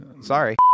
Sorry